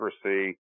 accuracy